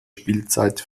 spielzeit